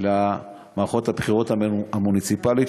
למערכות הבחירות המוניציפליות,